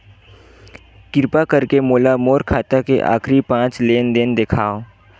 किरपा करके मोला मोर खाता के आखिरी पांच लेन देन देखाव